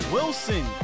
Wilson